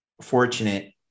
fortunate